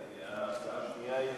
ההצעה השנייה היא